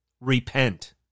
Repent